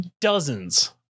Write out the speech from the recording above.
dozens